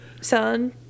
son